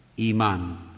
Iman